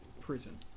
prison